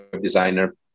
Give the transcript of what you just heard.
designer